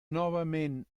novament